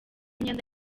imyenda